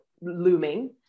looming